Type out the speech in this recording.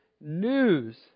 news